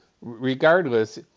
Regardless